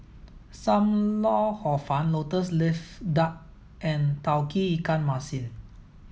Sam Lau Hor fun lotus leaf duck and Tauge Ikan Masin